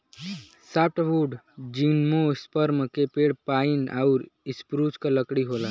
softwood gymnosperm के पेड़ pine आउर स्प्रूस क लकड़ी होला